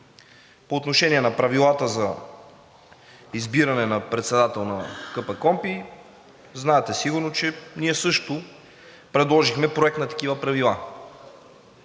По отношение на правилата за избиране на председател на КПКОНПИ знаете сигурно, че ние също предложихме проект на такива правила.